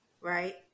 right